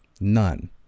None